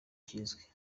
kizwi